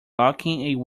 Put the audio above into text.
locking